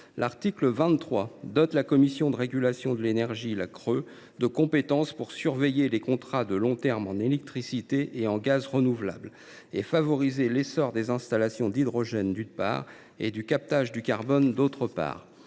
L’article 23 dote la Commission de régulation de l’énergie (CRE) de compétences pour surveiller les contrats de long terme en électricité et en gaz renouvelables, et favoriser l’essor des installations d’hydrogène, d’une part, et du captage du carbone, d’autre part.